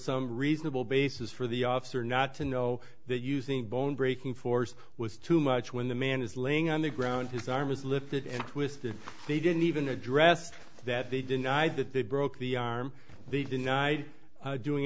some reasonable basis for the officer not to know that using bone breaking force was too much when the man is laying on the ground his arm is lifted and twisted they didn't even address that they denied that they broke the arm the denied doing